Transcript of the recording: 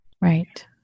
Right